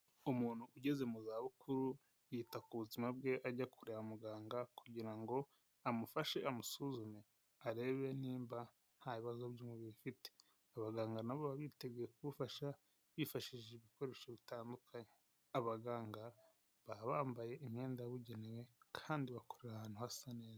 Umuntu ugeze mu za bukuru yita ku buzima bwe ajya kure ya muganga kugira ngo amufashe amusuzume arebe nimba nta bibazo by'umubiri ufite, abaganga na bo baba biteguye kugufasha bifashishije ibikoresho bitandukanye. Abaganga baba bambaye imyenda yabugenewe kandi bakorera ahantu hasa neza.